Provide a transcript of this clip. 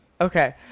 okay